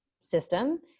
system